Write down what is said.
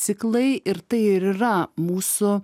ciklai ir tai ir yra mūsų